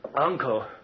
Uncle